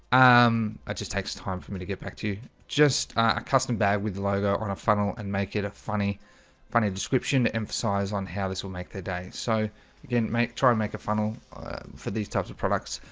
um, it just takes time for me to get back to you just a custom bag with the logo on a funnel and make it a funny funny description emphasize on how this will make their day so he didn't make try and make a funnel for these types of products,